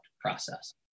process